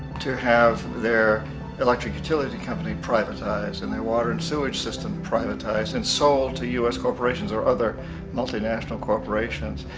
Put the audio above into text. to have their electric utility company privatized and their water and sewage system privatized and sold to us corporations or other multinational corporations.